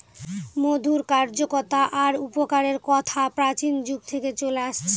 মধুর কার্যকতা আর উপকারের কথা প্রাচীন যুগ থেকে চলে আসছে